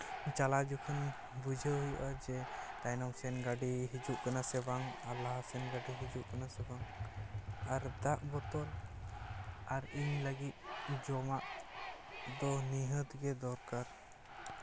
ᱪᱟᱞᱟᱣ ᱡᱚᱠᱷᱚᱱ ᱵᱩᱡᱷᱟᱹᱣ ᱦᱩᱭᱩᱜᱼᱟ ᱡᱮ ᱛᱟᱭᱱᱚᱢ ᱥᱮᱱ ᱜᱟᱹᱰᱤ ᱤᱡᱩᱜ ᱠᱟᱱᱟ ᱥᱮ ᱵᱟᱝ ᱟᱨ ᱞᱟᱦᱟ ᱥᱮᱱ ᱜᱟᱹᱰᱤ ᱦᱤᱡᱩᱜ ᱠᱟᱱᱟ ᱥᱮ ᱵᱟᱝ ᱟᱨ ᱫᱟᱝ ᱵᱳᱛᱚᱞ ᱟᱨ ᱤᱧ ᱞᱟᱹᱜᱤᱫ ᱡᱚᱢᱟᱜ ᱫᱚ ᱱᱤᱦᱟᱹᱛ ᱜᱮ ᱫᱚᱨᱠᱟᱨ